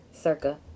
circa